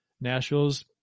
Nashville's –